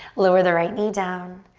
lower the right knee down,